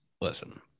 Listen